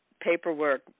paperwork